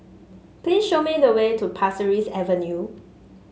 please show me the way to Pasir Ris Avenue